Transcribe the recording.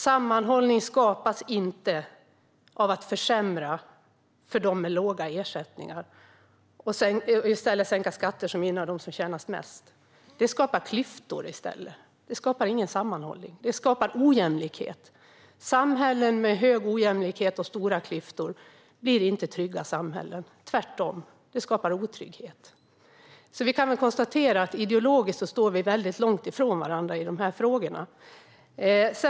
Sammanhållning skapas inte av att man försämrar för dem med låga ersättningar och gör skattesänkningar som gynnar dem som tjänar mest. Det skapar i stället klyftor. Det skapar ingen sammanhållning. Det skapar ojämlikhet. Samhällen med hög ojämlikhet och stora klyftor är inte trygga samhällen - tvärtom. Det skapar otrygghet. Vi kan väl konstatera att ideologiskt står vi långt ifrån varandra i de här frågorna.